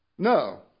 No